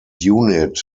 unit